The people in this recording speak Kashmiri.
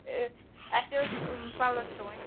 اسہِ اوس پَلو سُوٕنۍ